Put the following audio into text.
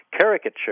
caricature